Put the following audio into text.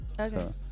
okay